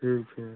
ठीक है